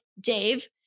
Dave